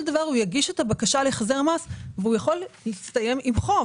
דבר הוא יגיש את הבקשה להחזר מס והוא יכול להסתיים עם חוב.